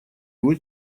его